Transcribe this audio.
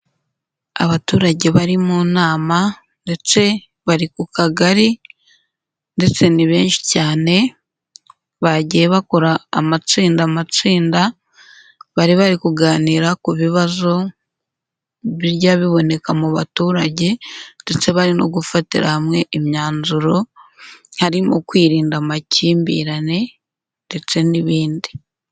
Abaturage bari mu nama ndetse bari ku kagari ndetse ni benshi cyane, bagiye bakora amatsinda amatsinda. Bari bari kuganira ku bibazo bijya biboneka mu baturage ndetse bari no gufatira hamwe imyanzuro, harimo kwirinda amakimbirane ndetse n'ibindi.